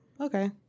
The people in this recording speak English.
Okay